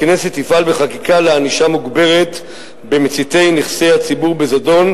הכנסת תפעל בחקיקה לענישה מוגברת של מציתי נכסי הציבור בזדון,